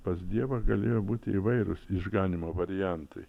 pas dievą galėjo būti įvairūs išganymo variantai